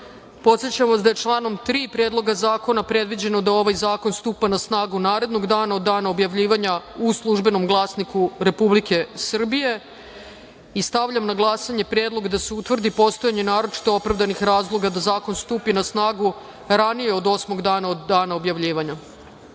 vas da je članom 3. Predloga zakona predviđeno da ovaj zakon skupa na snagu narednog dana od dana objavljivanja u „Službenom glasniku Republike Srbije“.Stavljam na glasanje predlog da se utvrdi postojanje naročito opravdanih razloga da zakon stupi na snagu ranije od osmog dana od dana objavljivanja. Zaključujem